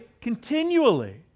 continually